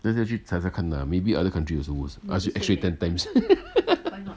那个要下去才再看 ah maybe other country also worse ask you x-ray ten times